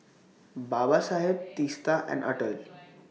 Babasaheb Teesta and Atal